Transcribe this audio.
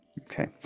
Okay